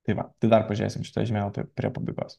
tai va tai dar pažiūrėsim šitą žemėlapį prie pabaigos